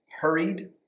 hurried